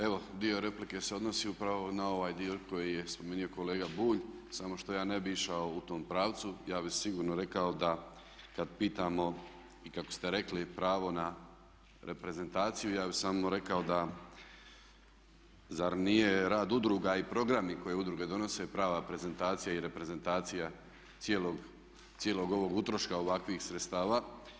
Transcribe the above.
Evo dio replike se odnosi upravo na ovaj dio koji je spomenuo kolega Bulj, samo što ja ne bih išao u tom pravcu, ja bih sigurno rekao da kad pitamo i kako ste rekli pravo na reprezentaciju ja bi samo rekao da zar nije rad udruga i programi koje udruge donose prava prezentacija i reprezentacija cijelog ovog utroška ovakvih sredstava.